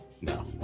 No